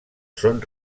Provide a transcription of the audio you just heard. són